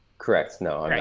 correct. no,